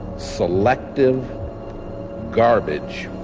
selective garbage.